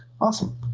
awesome